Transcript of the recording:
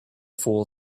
fool